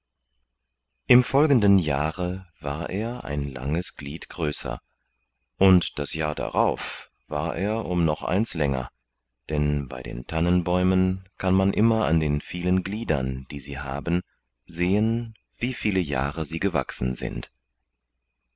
im folgenden jahre war er ein langes glied größer und das jahr darauf war er um noch eins länger denn bei den tannenbäumen kann man immer an den vielen gliedern die sie haben sehen wie viele jahre sie gewachsen sind